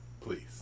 Please